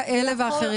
כאלה ואחרים.